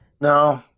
No